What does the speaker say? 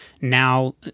Now